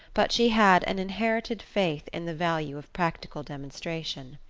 but she had an inherited faith in the value of practical demonstration.